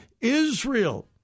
Israel